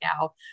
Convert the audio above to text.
now